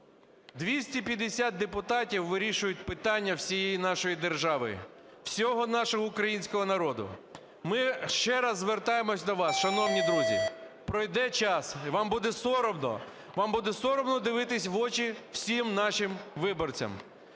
250 депутатів вирішують питання всієї нашої держави, всього нашого українського народу. Ми ще раз звертаємось до вас, шановні друзі, пройде час і вам буде соромно, вам буде соромно дивитись в очі всім нашим виборцям.